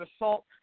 assault